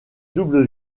double